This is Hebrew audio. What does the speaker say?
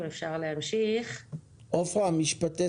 אני מכירה את העשייה